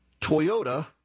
Toyota